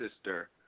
sister